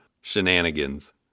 shenanigans